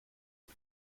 and